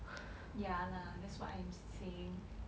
ya lah that's what I'm saying